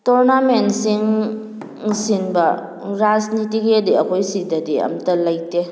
ꯇꯣꯔꯅꯥꯃꯦꯟꯁꯤꯡ ꯏꯟꯁꯤꯟꯕ ꯔꯥꯖꯅꯤꯇꯤꯒꯤꯗꯤ ꯑꯩꯈꯣꯏ ꯁꯤꯗꯗꯤ ꯑꯝꯇ ꯂꯩꯇꯦ